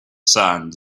sand